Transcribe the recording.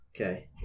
Okay